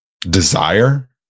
desire